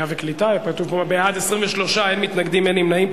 23 בעד, אין מתנגדים ואין נמנעים.